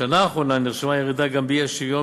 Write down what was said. בשנה האחרונה נרשמה ירידה גם באי-שוויון